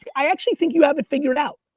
i actually think you have it figured out.